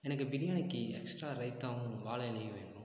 எனக்கு பிரியாணிக்கு எக்ஸ்ட்ரா ரைத்தாவும் வாழை இலையும் வேணும்